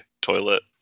toilet